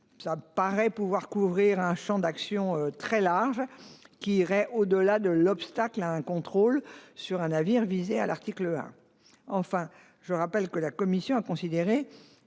contrôles » semble couvrir un champ d'action très large, qui irait au-delà de l'obstacle à un contrôle sur un navire visé à l'article 1. Enfin, je rappelle que la commission a considéré